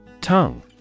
Tongue